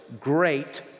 great